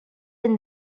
been